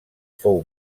fou